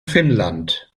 finnland